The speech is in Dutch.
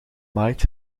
maait